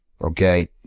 okay